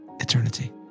eternity